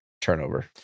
turnover